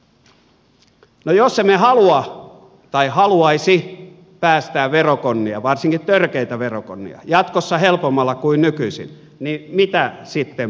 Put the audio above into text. no jos emme halua tai haluaisi päästää verokonnia varsinkaan törkeitä verokonnia jatkossa helpommalla kuin nykyisin niin mitä sitten pitäisi tehdä